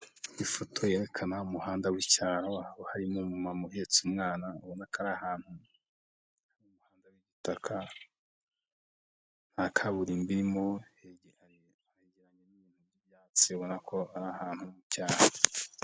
Ifoto yerekana umuhanda w'icyaro, harimo umumama uhetse umwana, ubona ko ari ahantu mu muhanda w'igitaka nta kaburimbo irimo, hejyaranye n'ibyatsi ubona ko ari ahantu mu cyaro.